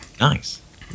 Nice